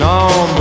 on